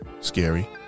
Scary